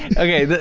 okay,